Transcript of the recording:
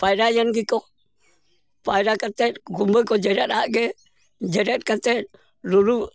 ᱯᱟᱭᱨᱟ ᱭᱮᱱ ᱜᱮᱠᱚ ᱯᱟᱭᱨᱟ ᱠᱟᱛᱮ ᱠᱩᱢᱵᱟᱹ ᱠᱚ ᱡᱮᱨᱮᱫ ᱟᱫ ᱜᱮ ᱡᱮᱨᱮᱫ ᱠᱟᱛᱮ ᱨᱩᱨᱩ